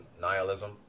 nihilism